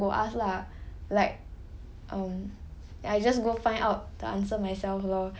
you must see situation [one] if it's very busy and all then I wouldn't go ask lah like um